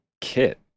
kit